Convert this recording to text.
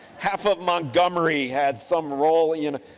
half of montgomery had some role. and,